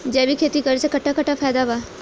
जैविक खेती करे से कट्ठा कट्ठा फायदा बा?